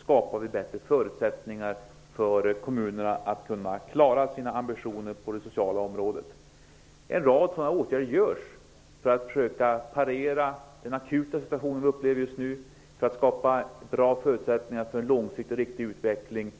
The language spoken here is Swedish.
skapar vi bättre förutsättningar för kommunerna att klara sina ambitioner på det sociala området. En rad sådana åtgärder vidtas för att försöka parera den akuta situation som vi upplever just nu och för att skapa bra förutsättningar för en långsiktigt riktig utveckling.